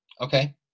Okay